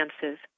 chances